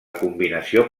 combinació